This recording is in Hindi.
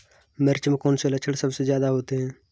मिर्च में कौन से लक्षण सबसे ज्यादा होते हैं?